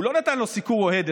הוא לא נתן לו סיקור אוהד,